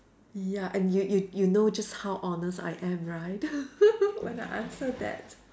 ya and you you you know just how honest I am right when I answer that